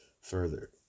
further